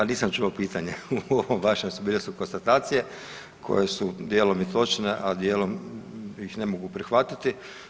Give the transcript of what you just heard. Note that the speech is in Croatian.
Pa nisam čuo pitanje u ovom vašem, bile su konstatacije koje su dijelom i točne, a dijelom ih ne mogu prihvatiti.